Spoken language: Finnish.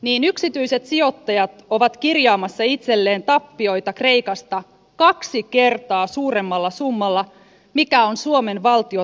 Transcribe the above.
niin yksityiset sijoittajat ovat kirjaamassa itselleen tappioita kreikasta kaksi kertaa suuremmalla summalla kuin on suomen valtion talousarvion loppusumma